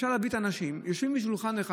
אפשר להביא את האנשים, יושבים בשולחן אחד.